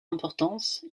importance